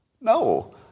No